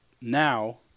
now